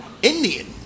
Indian